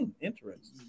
interesting